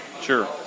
Sure